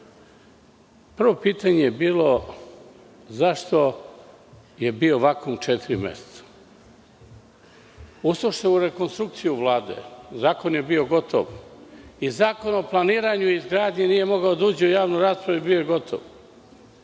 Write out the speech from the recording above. radi. Prvo pitanje je bilo zašto je bio vakum četiri meseca. Ušlo se u rekonstrukciju Vlade. Zakon je bio gotov. Zakon o planiranju i izgradnji nije mogao da uđe u javnu raspravu, a bio je gotov.